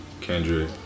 Kendrick